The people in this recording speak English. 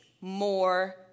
more